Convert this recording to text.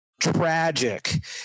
tragic